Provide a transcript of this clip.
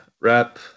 wrap